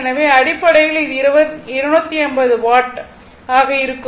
எனவே அடிப்படையில் இது 250 வாட் ஆக இருக்கும்